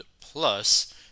plus